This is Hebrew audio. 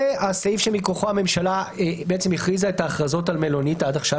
זה הסעיף שמכוחו הממשלה הכריזה את ההכרזות על מלונית עד עכשיו,